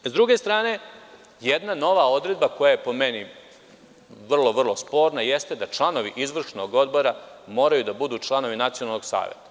S druge strane, jedna nova odredba, koja je, po meni, vrlo sporna, jeste da članovi izvršnog odbora moraju da budu članovi nacionalnog saveta.